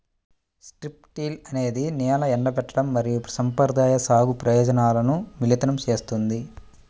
strip till అనేది నేల ఎండబెట్టడం మరియు సంప్రదాయ సాగు ప్రయోజనాలను మిళితం చేస్తుంది